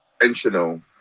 intentional